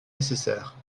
nécessaire